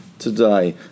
Today